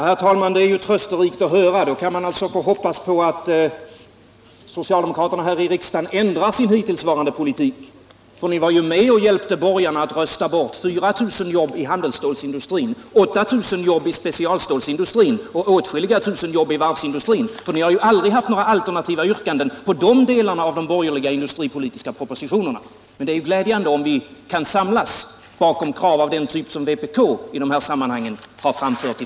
Herr talman! Det är ju trösterikt att höra detta. Då kan man alltså hoppas på att socialdemokraterna här i kammaren ändrar sin hittillsvarande politik — för ni var ju med och hjälpte borgarna att rösta bort 4 000 jobb i handelsstålsindustrin, 8 000 jobb i specialstålsindustrin och åtskilliga tusen jobb i varvsindustrin. Ni har aldrig haft några alternativa yrkanden beträffande de delarna av de borgerliga industripolitiska propositionerna. Men det är glädjande om vi i framtiden kan samlas bakom krav av den typ som vpk i de här sammanhangen har framfört.